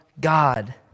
God